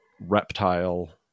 reptile